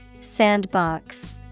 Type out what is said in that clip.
Sandbox